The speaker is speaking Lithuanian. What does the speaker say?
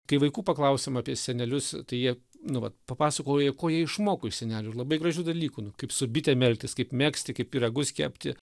kai vaikų paklausėm apie senelius tai jie nu vat papasakoja ko jie išmoko iš senelių ir labai gražių dalykų kaip su bitėm elgtis kaip megzti kaip pyragus kepti